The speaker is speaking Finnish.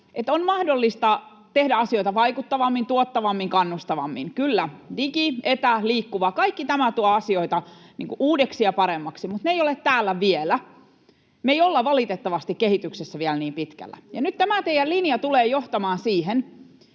on mahdollista tehdä asioita vaikuttavammin, tuottavammin ja kannustavammin. Kyllä, digi, etä ja liikkuva — kaikki tämä tuo asioita uudeksi ja paremmaksi, mutta ne eivät ole täällä vielä. Me emme valitettavasti ole kehityksessä vielä niin pitkällä, ja nyt tämä teidän linjanne tulee johtamaan siihen,